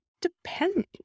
depends